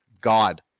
God